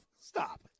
Stop